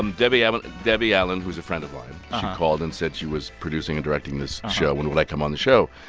um debbie um ah debbie allen, who's a friend of mine she called and said she was producing and directing this show, and would i come on the show?